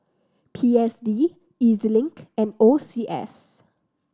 P S D E Z Link and O C S